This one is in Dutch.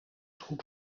goed